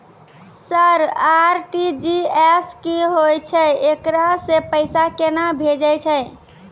Sir RTGS की होय छै, एकरा से पैसा केना भेजै छै?